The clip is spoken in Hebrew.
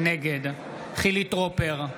נגד חילי טרופר,